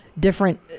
Different